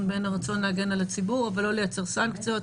בין הרצון להגן על הציבור ולא לייצר סנקציות.